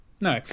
no